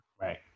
Right